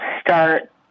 start